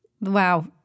Wow